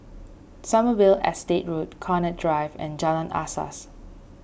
Sommerville Estate Road Connaught Drive and Jalan Asas